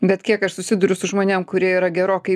bet kiek aš susiduriu su žmonėm kurie yra gerokai